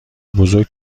بزرگ